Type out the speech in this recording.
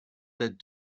that